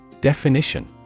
Definition